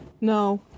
No